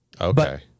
Okay